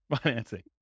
financing